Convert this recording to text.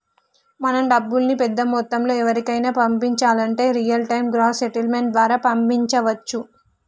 మనం డబ్బుల్ని పెద్ద మొత్తంలో ఎవరికైనా పంపించాలంటే రియల్ టైం గ్రాస్ సెటిల్మెంట్ ద్వారా పంపించవచ్చు